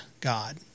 God